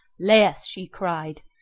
laius, she cried,